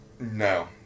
No